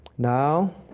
Now